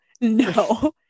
no